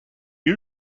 you